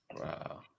Wow